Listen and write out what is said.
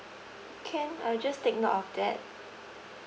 can I'll just take note of that